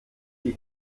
die